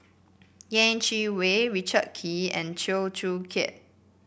Yeh Chi Wei Richard Kee and Chew Joo Chiat